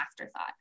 afterthought